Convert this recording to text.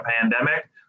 pandemic